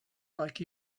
like